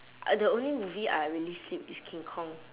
ah the only movie I really sleep is king kong